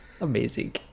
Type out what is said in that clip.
Amazing